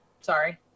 sorry